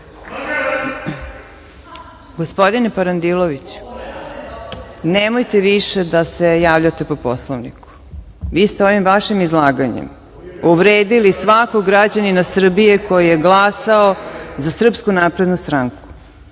Gospodine Parandiloviću, nemojte više da se javljate po Poslovniku. Vi ste ovim vašim izlaganjem uvredili svakog građanina Srbije koji je glasao za SNS. Vi ste